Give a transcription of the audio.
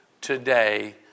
today